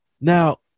Now